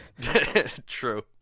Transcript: True